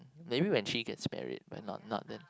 maybe when she gets married but not not